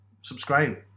subscribe